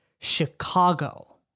Chicago